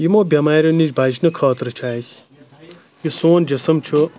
یِمَو بَیمَارَیٚو نِش بچنہٕ خٲطرٕ چھُ اسہِ یہِ سون جِسم چھُ